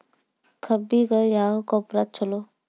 ಕಬ್ಬಿಗ ಯಾವ ಗೊಬ್ಬರ ಛಲೋ?